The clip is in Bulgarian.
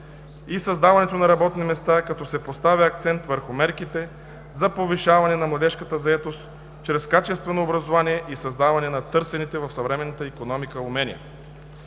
и създаването на работни места, като се постави акцент върху мерките за повишаване на младежката заетост чрез качествено образование и създаване на търсените в съвременната икономика умения;